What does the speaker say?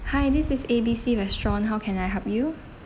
hi this is A B C restaurant how can I help you